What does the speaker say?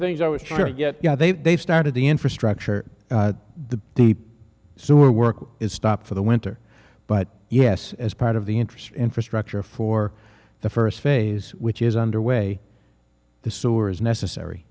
things i was sure yet yeah they started the infrastructure the deep so where work is stopped for the winter but yes as part of the interest infrastructure for the first phase which is underway the sewer is necessary